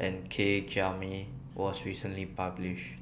and K Jayamani was recently published